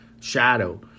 shadow